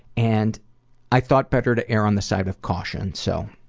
and i thought better to err on the side of caution so.